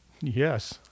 Yes